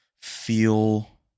feel